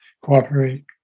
cooperate